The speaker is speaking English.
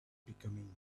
becoming